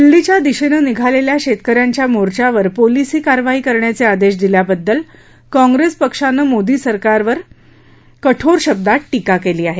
दिल्लीच्या दिशेनं निघालेल्या शेतकर्यांच्या मोर्चावर पोलिसी कारवाई करण्याचे आदेश दिल्याबद्दल काँप्रेस पक्षानं मोदी सरकारवर शब्दांत टीका केली आहे